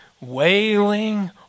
wailing